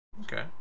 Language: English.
Okay